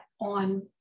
on